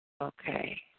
Okay